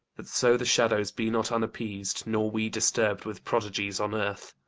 that so the shadows be not unappeas'd, nor we disturb'd with prodigies on earth.